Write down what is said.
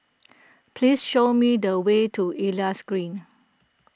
please show me the way to Elias Green